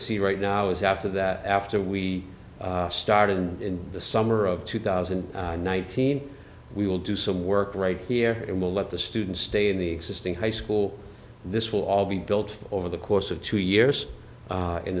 see right now is after that after we started in the summer of two thousand and nineteen we will do some work right here and we'll let the students stay in the existing high school and this will all be built over the course of two years